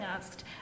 asked